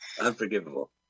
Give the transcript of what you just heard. Unforgivable